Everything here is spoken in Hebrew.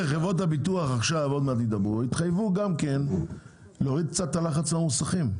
חברות הביטוח יתחייבו גם כן להוריד קצת את הלחץ מהמוסכים.